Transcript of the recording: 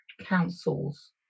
councils